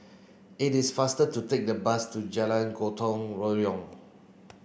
it is faster to take a bus to Jalan Gotong Royong